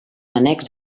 annex